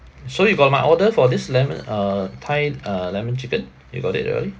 so you got my order for this lemon uh thai uh lemon chicken you got it already